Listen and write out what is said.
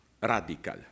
radical